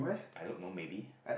I don't know maybe